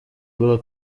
было